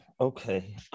okay